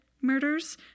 murders